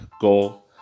go